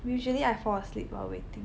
usually I fall asleep while waiting